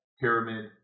pyramid